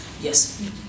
yes